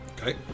Okay